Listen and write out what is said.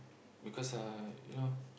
because uh you know